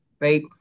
right